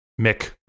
mick